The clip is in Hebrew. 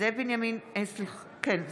זאב בנימין בגין,